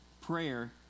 prayer